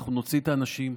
אנחנו נוציא את האנשים,